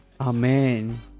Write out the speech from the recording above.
Amen